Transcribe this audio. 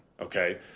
okay